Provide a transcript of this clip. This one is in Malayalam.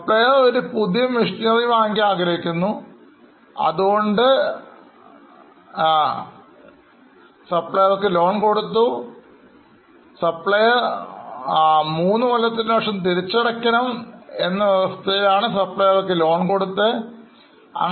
Supplier ഒരു പുതിയ മിഷനറി വാങ്ങിക്കാൻ ആഗ്രഹിക്കുന്നു അതുകൊണ്ട് Supplier മൂന്നു കൊല്ലത്തിനു ശേഷം തിരിച്ചടയ്ക്കണം എന്ന് എന്ന വ്യവസ്ഥയിൽ ലോൺ കൊടുക്കുവാൻ സാധ്യതയുണ്ട്